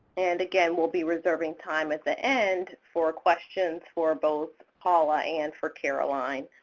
and again, well be reserving time at the end for questions for both paula and for caroline.